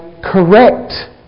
correct